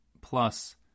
plus